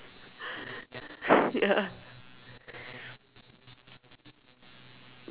ya